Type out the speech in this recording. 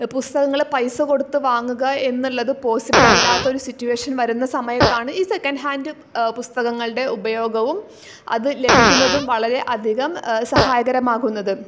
പുസ്തകങ്ങൾ പൈസ കൊടുത്ത് വാങ്ങുക എന്നുള്ളത് പോസിബിൾ അല്ലാത്തൊരു സിറ്റുവേഷൻ വരുന്ന സമയത്താണ് ഈ സെക്കൻഡ് ഹാൻഡ് പുസ്തകങ്ങളുടെ ഉപയോഗവും അത് ലഭിക്കുന്നതും വളരെ അധികം സഹായകരമാകുന്നത്